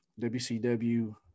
WCW